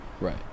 Right